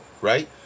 right